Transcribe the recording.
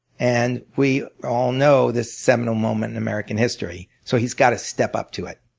and we all know this seminal moment in american history so he's got to step up to it.